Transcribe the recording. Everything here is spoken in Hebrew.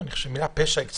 המילה פשע היא מוגזמת.